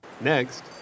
Next